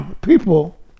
people